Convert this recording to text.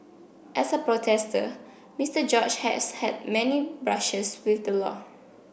as a protester Mister George has had many brushes with the law